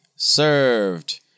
Served